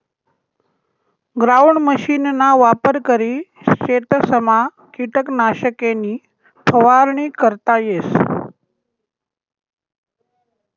ground मशीनना वापर करी शेतसमा किटकनाशके नी फवारणी करता येस